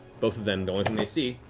both of them, the only thing they see,